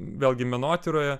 vėlgi menotyroje